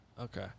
Okay